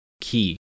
key